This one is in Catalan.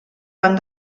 van